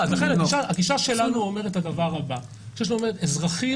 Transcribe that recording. לכן הגישה שלנו אומרת את הדבר הבא: אזרחים